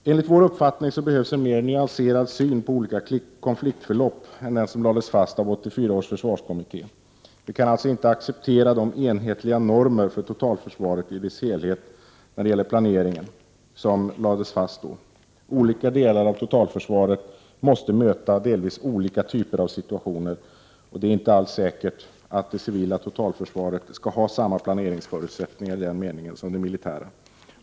Enligt vår uppfattning behövs en mer nyanserad syn på olika konfliktförlopp än den som lades fast av 1984 års försvarskommitté. Vi kan således inte acceptera de ”enhetliga” normer för totalförsvaret i dess helhet när det gäller planeringen som lades fast då. Olika delar av totalförsvaret måste möta delvis olika typer av situationer. Det är inte alls säkert att det civila totalförsvaret skall ha samma planeringsförutsättningar i den meningen som det militära.